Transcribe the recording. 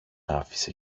άφησε